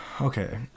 Okay